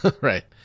Right